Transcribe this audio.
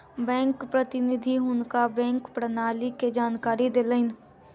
bank प्रतिनिधि हुनका bank प्रणाली के जानकारी देलैन